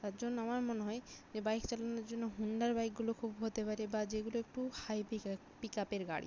তার জন্য আমার মনে হয় যে বাইক চালানোর জন্য হুন্ডার বাইকগুলো খুব হতে পারে বা যেগুলো একটু হাই পিক পিক আপের গাড়ি